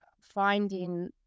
finding